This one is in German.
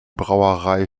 brauerei